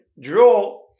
draw